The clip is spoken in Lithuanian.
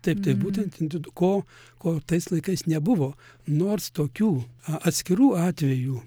taip tai būtent indidu ko ko tais laikais nebuvo nors tokių a atskirų atvejų